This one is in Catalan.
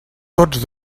tots